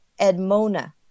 Edmona